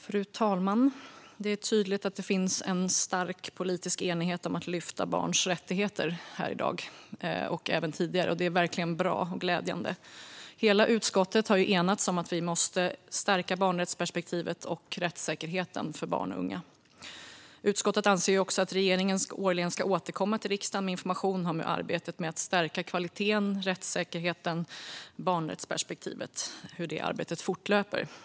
Fru talman! Det är tydligt att det finns en stark politisk enighet om att lyfta fram barns rättigheter, och det är verkligen bra och glädjande. Hela utskottet har enats om att vi måste stärka barnrättsperspektivet och rättssäkerheten för barn och unga. Utskottet anser också att regeringen årligen ska återkomma till riksdagen med information om hur arbetet med att stärka kvaliteten, rättssäkerheten och barnrättsperspektivet fortlöper.